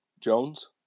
Jones